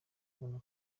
kubona